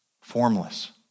Formless